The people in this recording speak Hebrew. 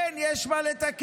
כן, יש מה לתקן